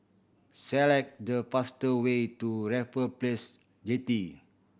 select the faster way to Raffle Place Jetty